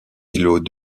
îlots